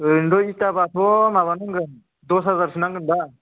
ओरैनोथ' इथाबाथ' माबा नांगोन दस हाजारसो नांगोनबा